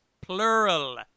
plural